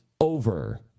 over